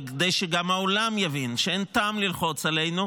וכדי שגם העולם יבין שאין טעם ללחוץ עלינו,